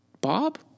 Bob